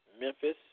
Memphis